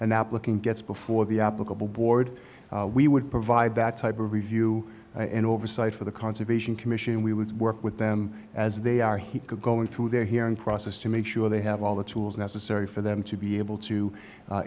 that looking gets before the applicable board we would provide that type of review in oversight for the conservation commission we would work with them as they are he going through their hearing process to make sure they have all the tools necessary for them to be able to